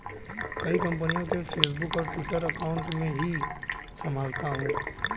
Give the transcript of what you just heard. कई कंपनियों के फेसबुक और ट्विटर अकाउंट मैं ही संभालता हूं